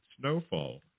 snowfall